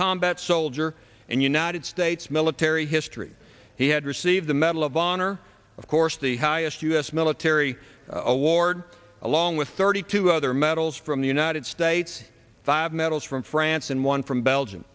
combat soldier and united states military history he had received the medal of honor of course the highest us military award along with thirty two other medals from the united states five medals from france and one from belgium